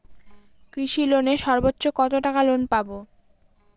কৃষি লোনে সর্বোচ্চ কত টাকা লোন পাবো?